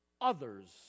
others